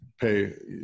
pay